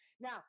Now